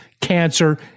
cancer